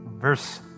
Verse